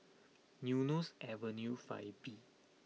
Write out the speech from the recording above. Eunos Avenue Five B